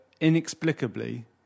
inexplicably